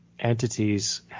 entities